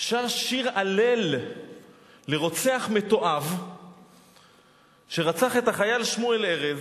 שר שיר הלל לרוצח מתועב שרצח את החייל שמואל ארז,